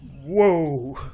whoa